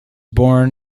born